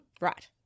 Right